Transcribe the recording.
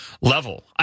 level